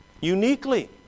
Uniquely